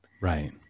Right